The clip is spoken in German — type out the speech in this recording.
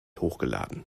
hochgeladen